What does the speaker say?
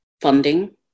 funding